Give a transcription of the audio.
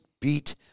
beat